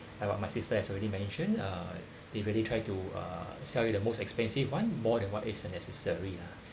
like what my sister has already mentioned uh they really try to uh uh sell you the most expensive one more than what is uh necessary lah